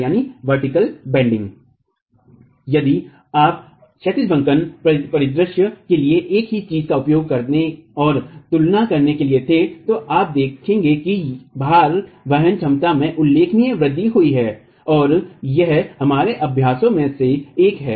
यदि आप क्षैतिज बंकन परिदृश्य के लिए एक ही चीज़ का उपयोग करने और तुलना करने के लिए थे तो आप देखेंगे कि भार वहन क्षमता में उल्लेखनीय वृद्धि हुई है और यह हमारे अभ्यासों में से एक है